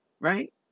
right